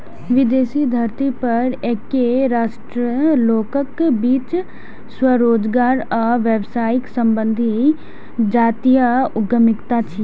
विदेशी धरती पर एके राष्ट्रक लोकक बीच स्वरोजगार आ व्यावसायिक संबंध जातीय उद्यमिता छियै